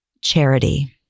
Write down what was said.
charity